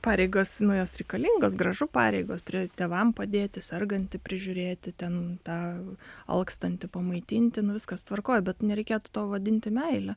pareigos nu jos reikalingos gražu pareigos pri tėvam padėti sergantį prižiūrėti ten tą alkstantį pamaitinti nu viskas tvarkoj bet nereikėtų to vadinti meile